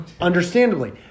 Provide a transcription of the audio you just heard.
Understandably